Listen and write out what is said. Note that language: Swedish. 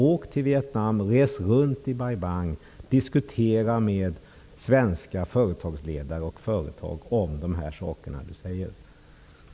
Åk till Vietnam, res runt i Bai Bang, diskutera med svenska företagsledare och företag om de saker som han här tar upp!